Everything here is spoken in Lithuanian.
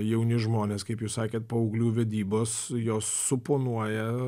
jauni žmonės kaip jūs sakėt paauglių vedybos jos suponuoja